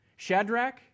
Shadrach